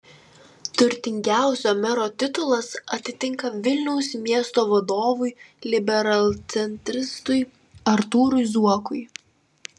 turtingiausio mero titulas atitenka vilniaus miesto vadovui liberalcentristui artūrui zuokui